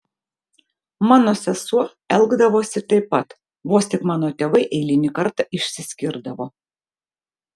mano sesuo elgdavosi taip pat vos tik mano tėvai eilinį kartą išsiskirdavo